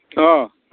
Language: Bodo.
अह